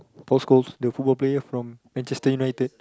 Paul-Scholes the football player from Manchester-United